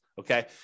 okay